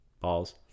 balls